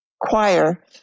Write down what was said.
choir